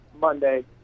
monday